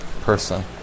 person